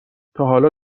تاحالا